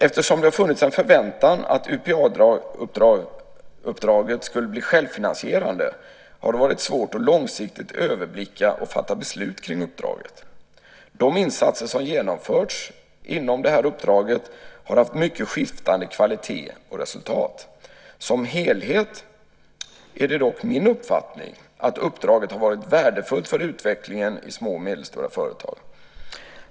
Eftersom det har funnits en förväntan att UPA-uppdraget skulle bli självfinansierande har det varit svårt att långsiktigt överblicka och fatta beslut kring uppdraget. De insatser som genomförts inom UPA-uppdraget har haft mycket skiftande kvalitet och resultat. Som helhet är det dock min uppfattning att uppdraget har varit värdefullt för utvecklingen i små och medelstora företag.